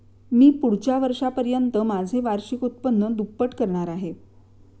मी पुढच्या वर्षापर्यंत माझे वार्षिक उत्पन्न दुप्पट करणार आहे